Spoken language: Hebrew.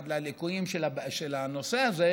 ועל פניו נראה שהבחירה של ההורים במסגרות משלבות אינה בחירה סבירה,